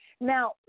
Now